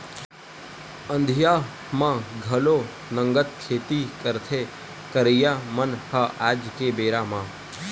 अंधिया म घलो नंगत खेती करथे करइया मन ह आज के बेरा म